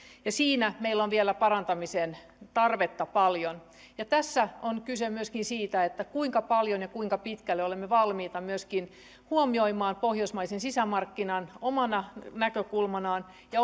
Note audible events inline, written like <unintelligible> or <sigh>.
siinä meillä on vielä parantamisen tarvetta paljon tässä on kyse myöskin siitä kuinka paljon ja kuinka pitkälle olemme valmiita myöskin huomioimaan pohjoismaisen sisämarkkinan omana näkökulmanaan ja <unintelligible>